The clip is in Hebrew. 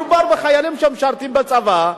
מדובר בחיילים שמשרתים בצבא.